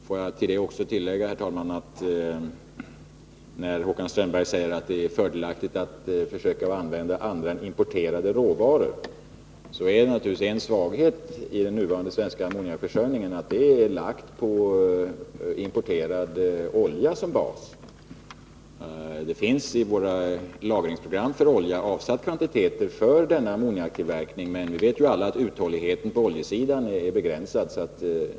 Låt mig också tillägga, herr talman, i anslutning till att Håkan Strömberg sade att det är fördelaktigt att försöka använda andra än importerade råvaror, att det naturligtvis är en svaghet i den nuvarande svenska ammoniakförsörjningen att den är baserad på importerad olja. Kvantiteter för denna ammoniaktillverkning finns avsatta i våra lagringsprogram för olja, men vi vet ju alla att uthålligheten på oljesidan är begränsad.